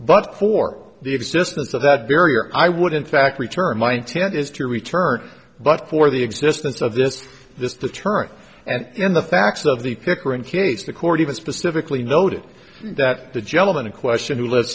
but for the existence of that barrier i would in fact return my intent is to return but for the existence of this this deterrence and the facts of the pickering case the court even specifically noted that the gentleman in question who l